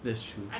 that's true